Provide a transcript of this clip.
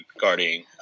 guarding